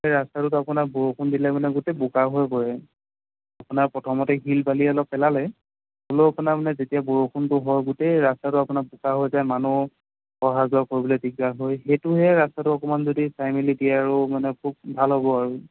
সেই ৰাস্তাটোত আপোনাৰ বৰষুণ দিলে মানে গোটেই বোকা হৈ পৰে আপোনাৰ প্ৰথমতে শিল বালি অলপ পেলালে হ'লেও আপোনাৰ মানে যেতিয়া বৰষুণটো হয় গোটেই ৰাস্তাটো আপোনাৰ বোকা হৈ যায় মানুহ অহা যোৱা কৰিবলৈ দিগদাৰ হয় সেইটোহে ৰাস্তাটো অকণমান যদি চাই মেলি দিয়ে আৰু মানে খুব ভাল হ'ব আৰু